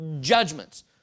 judgments